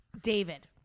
David